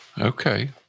Okay